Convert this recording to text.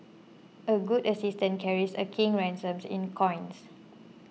a good assistant carries a king's ransom in coins